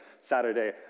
Saturday